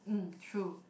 mm true